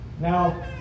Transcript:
Now